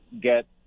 get